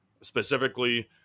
Specifically